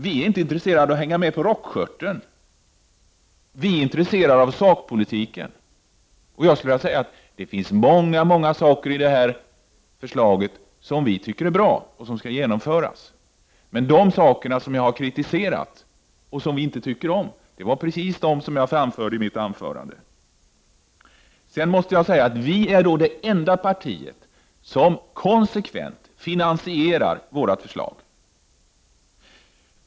Vi är inte intresserade av att hänga med på rockskörten, utan vi är intresserade av sakpolitiken. Det finns mycket i detta förslag som vi tycker är bra och som skall genomföras. Det vi inte tycker om är det som jag talade om och kritiserade i mitt anförande. Vi är det enda parti som konsekvent finansierar våra förslag.